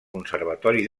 conservatori